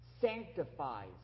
sanctifies